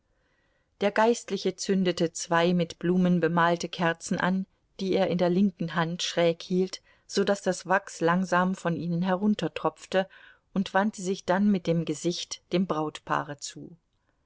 der geistliche zündete zwei mit blumen bemalte kerzen an die er in der linken hand schräg hielt so daß das wachs langsam von ihnen heruntertropfte und wandte sich dann mit dem gesicht dem brautpaare zu